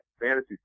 fantasy